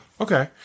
Okay